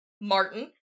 Martin